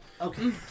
Okay